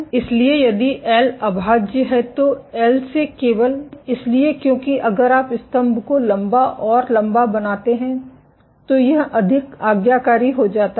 इसलिए यदि एल अभाज्य है तो एल से केवल इसलिए क्योंकि अगर आप स्तंभ को लंबा और लंबा बनाते हैं तो यह अधिक आज्ञाकारी हो जाता है